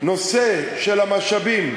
שהנושא של המשאבים,